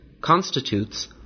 constitutes